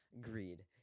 greed